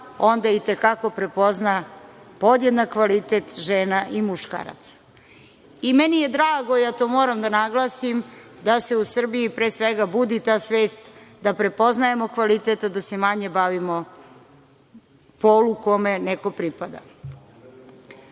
onda i te kako prepozna podjednak kvalitet žena i muškaraca. Meni je drago, ja to moram da naglasim, da se u Srbiji pre svega budi ta svest da prepoznajemo kvalitet, da se manje bavimo polu kome neko pripada.U